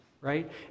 right